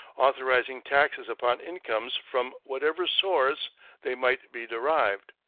authorizing taxes upon incomes from whatever source they might be derived,